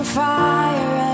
fire